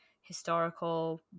historical